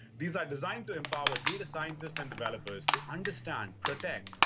these are designed to empower data scientists and developers to understand, protect,